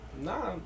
Nah